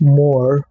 more